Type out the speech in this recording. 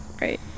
Right